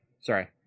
Sorry